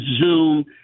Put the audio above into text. Zoom